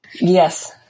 Yes